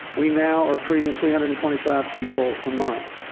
we now are treating three hundred and twenty five people a month,